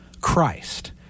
Christ